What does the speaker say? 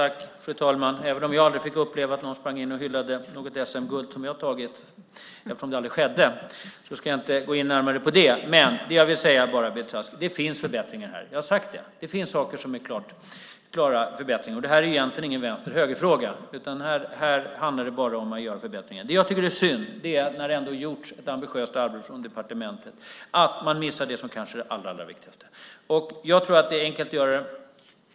Fru talman! Även om jag aldrig fick uppleva att någon sprang in och hyllade mig för att ha tagit något SM-guld, eftersom det aldrig skedde, ska jag inte närmare gå in på det. Jag vill bara säga till Beatrice Ask att det finns förbättringar här. Som jag sagt finns det saker som är klara förbättringar. Och det här är egentligen ingen vänster-höger-fråga, utan här handlar det bara om att göra förbättringar. Det som jag tycker är synd, när det ändå har gjorts ett ambitiöst arbete från departementet, är att man missar det som kanske är det allra viktigaste. Jag tror att det är enkelt att göra det.